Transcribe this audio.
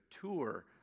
tour